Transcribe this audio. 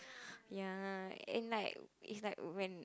ya and like it's like when